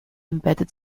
embedded